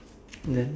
and then